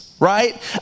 right